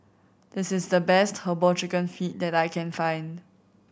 this is the best Herbal Chicken Feet that I can find